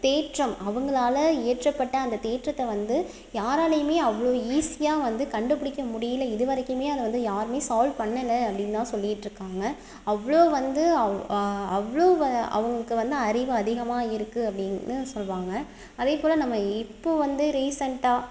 தேற்றம் அவங்களால இயற்றப்பட்ட அந்த தேற்றத்தை வந்து யாராலையுமே அவ்வளோ ஈஸியாக வந்து கண்டுபிடிக்க முடியலை இதுவரைக்குமே அதை வந்து யாருமே சால்வ் பண்ணல அப்படின்னுதான் சொல்லிட்டுருக்காங்க அவ்வளோ வந்து அவ் அவ்வளோ வ அவங்களுக்கு வந்து அறிவு அதிகமாக இருக்கு அப்படின்னு தான் சொல்லுவாங்க அதே போல நம்ம இப்போ வந்து ரீசண்ட்டாக